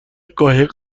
قایق